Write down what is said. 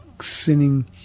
sinning